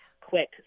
quick